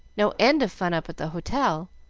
no end of fun up at the hotel,